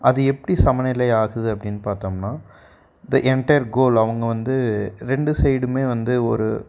அது எப்படி சமநிலை ஆகுது அப்படின்னு பார்த்தம்ன்னா தி என்டையர் கோல் அவங்க வந்து ரெண்டு சைடுமே வந்து ஒரு